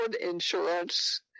insurance